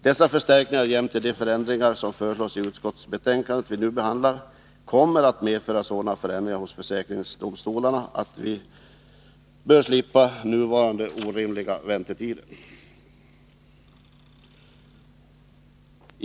Dessa förstärkningar jämte de ändringar som föreslås i det utskottsbetänkande som vi nu behandlar kommer att medföra sådana förbättringar hos försäkringsdomstolarna att vi slipper nuvarande orimliga väntetider.